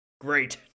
Great